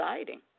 exciting